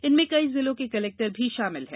इनमें कई जिलों के कलेक्टर भी शामिल हैं